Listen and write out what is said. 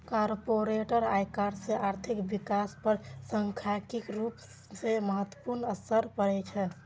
corporate आयकर के आर्थिक विकास पर सांख्यिकीय रूप सं महत्वपूर्ण असर पड़ै छै